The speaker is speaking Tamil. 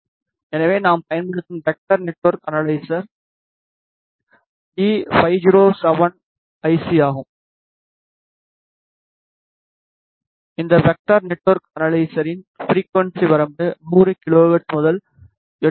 எனவே நாம் பயன்படுத்தும் வெக்டர் நெட்வொர்க் அனலைசர் ஈ5071சி ஆகும் இந்த வெக்டர் நெட்வொர்க் அனலைசரின் ஃபிரிக்குவன்ஸி வரம்பு 100 கிலோ ஹெர்ட்ஸ் முதல் 8